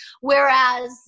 Whereas